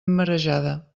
marejada